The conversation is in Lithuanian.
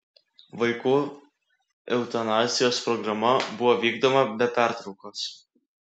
vaikų eutanazijos programa buvo vykdoma be pertraukos